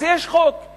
אז יש חוק,